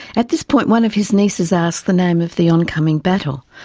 at this point one of his nieces asked the name of the oncoming battle.